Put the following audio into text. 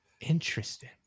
Interesting